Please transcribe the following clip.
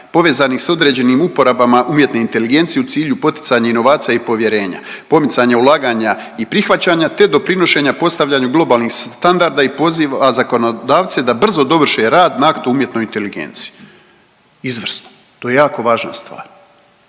povezanih s određenim uporabama umjetne inteligencije u cilju poticanja inovacija i povjerenja, pomicanja ulaganja i prihvaćanja te doprinošenja postavljanju globalnih standarda i poziva zakonodavce da brzo dovrše rad na akt o umjetnoj inteligenciji.“. Izvrsno, to je jako važna stvar